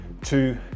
two